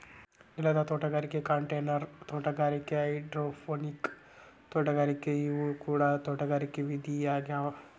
ನೆಲದ ತೋಟಗಾರಿಕೆ ಕಂಟೈನರ್ ತೋಟಗಾರಿಕೆ ಹೈಡ್ರೋಪೋನಿಕ್ ತೋಟಗಾರಿಕೆ ಇವು ಕೂಡ ತೋಟಗಾರಿಕೆ ವಿಧ ಆಗ್ಯಾವ